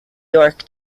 york